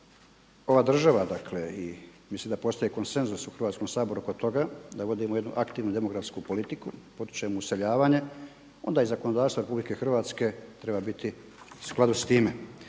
ova država i mislim da postoji konsenzus u Hrvatskom saboru oko toga da vodimo jednu aktivnu demografsku politiku pod čemu je useljavanje, onda i zakonodavstvo RH treba biti u skladu sa time.